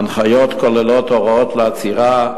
ההנחיות כוללות הוראות לעצירה,